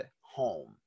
home